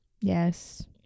Yes